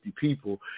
people